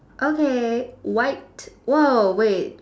okay white !woah! wait